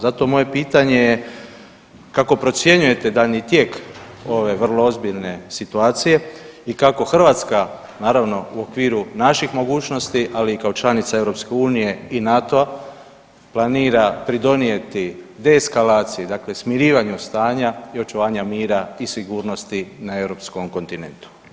Zato moje pitanje je kako procjenjujete daljnji tijek ove vrlo ozbiljne situacije i kako Hrvatska naravno u okviru naših mogućnosti, ali i kao članica EU i NATO-a planira pridonijeti deeskalaciji dakle smirivanju stanja i očuvanja mira i sigurnosti na europskom kontinentu.